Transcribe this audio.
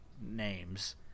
names